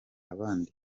abandi